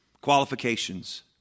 qualifications